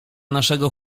naszego